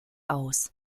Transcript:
aus